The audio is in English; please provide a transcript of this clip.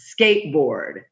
Skateboard